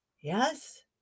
Yes